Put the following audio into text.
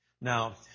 Now